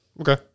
Okay